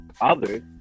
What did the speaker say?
others